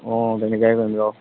অঁ তেনেকুৱাই কৰিম ৰহ্